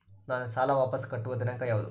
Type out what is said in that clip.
ನಾನು ಸಾಲ ವಾಪಸ್ ಕಟ್ಟುವ ದಿನಾಂಕ ಯಾವುದು?